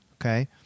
Okay